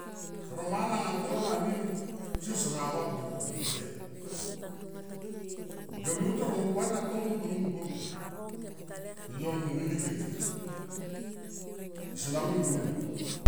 Toro mana kolo nga nini, kusie sama vablik horek ble. Yo me utor alo puana tomung, tomung buop ma ka yo ni neni kirkir sona mui monia ma.